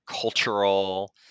cultural